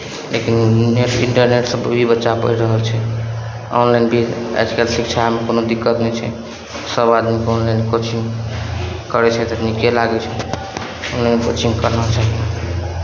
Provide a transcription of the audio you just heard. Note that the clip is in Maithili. लेकिन नेट इन्टरनेटसँ भी बच्चा पढ़ि रहल छै ऑनलाइन भी आइ काल्हि शिक्षामे कोनो दिक्कत नहि छै सभ आदमी ऑनलाइन कोचिङ्ग करै छै तऽ नीके लागै छै ऑनलाइन कोचिङ्ग करना चाही